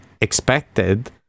expected